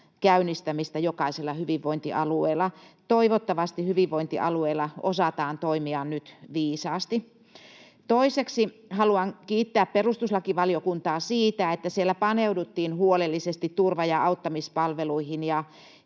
käynnistämistä jokaisella hyvinvointialueella. Toivottavasti hyvinvointialueilla osataan toimia nyt viisaasti. Toiseksi haluan kiittää perustuslakivaliokuntaa siitä, että siellä paneuduttiin huolellisesti turva- ja auttamispalveluihin ja